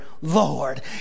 Lord